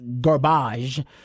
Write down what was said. garbage